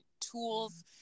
tools